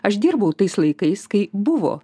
aš dirbau tais laikais kai buvo